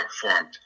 formed